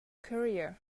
career